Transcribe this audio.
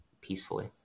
peacefully